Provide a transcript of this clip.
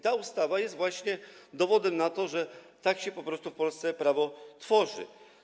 Ta ustawa jest właśnie dowodem na to, że tak się po prostu w Polsce prawo tworzy.